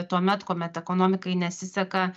tuomet kuomet ekonomikai nesiseka